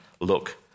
look